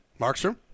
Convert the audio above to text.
Markstrom